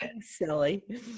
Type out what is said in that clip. Silly